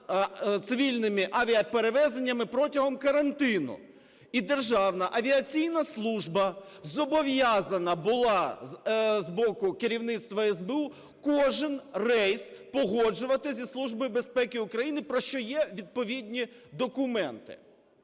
цивільними авіаперевезеннями протягом карантину. І Державна авіаційна служба зобов'язана була з боку керівництва СБУ кожен рейс погоджувати зі Службою безпеки України, про що є відповідні документи.